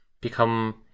become